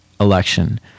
election